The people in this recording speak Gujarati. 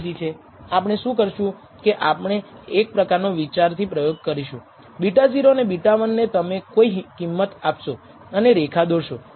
આપણે શું કરશુ કે આપણે એક પ્રકારનો વિચારથી પ્રયોગ કરશું β0 અને β1 ને તમે કોઈ કિંમત આપશો અને રેખા દોરશો